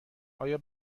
آیا